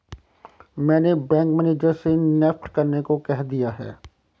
मैंने bank manager से NEFT करने को कह दिया है